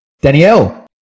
Danielle